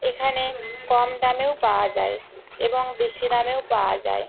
এখানে কম দামেও পাওয়া যায় এবং বেশি দামেও পাওয়া যায়